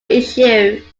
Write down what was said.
issue